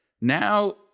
Now